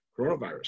coronavirus